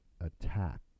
attack